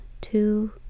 two